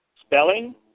spelling